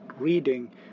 reading